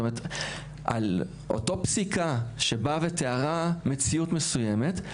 אותה פסיקה שבאה ותיארה מציאות מסוימת,